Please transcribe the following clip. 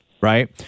right